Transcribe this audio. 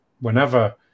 whenever